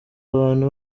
abantu